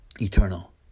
eternal